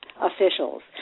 officials